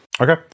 okay